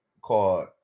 called